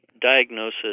diagnosis